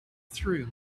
through